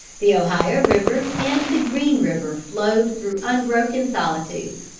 the ohio river and the green river flowed through unbroken solitudes.